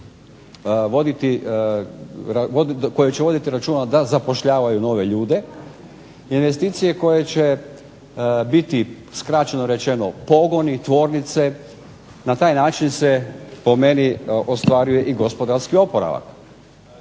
koje će voditi računa da zapošljavaju nove ljude, investicije koje će biti skraćeno rečeno pogoni, tvornice. Na taj način se po meni ostvaruje i gospodarski oporavak.